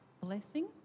blessing